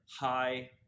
high